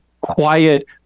quiet